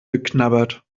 geknabbert